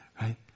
right